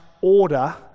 order